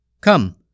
Come